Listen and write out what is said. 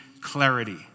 clarity